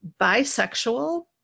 bisexual